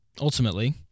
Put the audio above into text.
ultimately